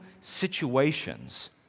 situations